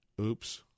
Oops